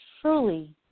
truly